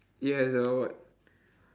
it has the what